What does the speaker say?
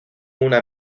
una